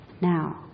Now